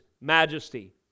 majesty